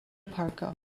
parko